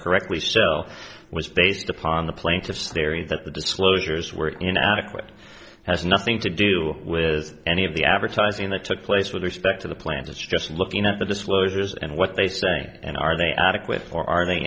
correctly so was based upon the plaintiffs very that the disclosures were inadequate has nothing to do with any of the advertising that took place with respect to the plans it's just looking at the disclosures and what they say and are they addict with or are they